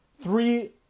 three